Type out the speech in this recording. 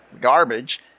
garbage